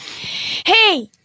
Hey